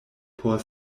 por